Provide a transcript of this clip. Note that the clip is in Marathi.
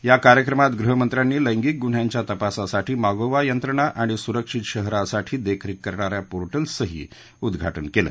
या कार्यक्रमात गृहमंत्र्यांनी लैंगिक गुन्ह्यांच्या तपासासाठी मागोवा यंत्रणा आणि सुरक्षित शहरासाठी देखरेख करणाऱ्या पोर्टल्सचंही उद्घाटन केलं